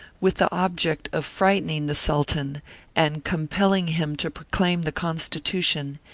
with the object of frightening the sultan and compelling him to proclaim the constitution,